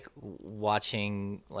watching